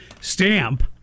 stamp